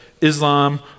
Islam